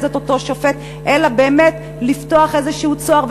את אותו שופט אלא באמת לפתוח איזה צוהר.